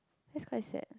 that's quite sad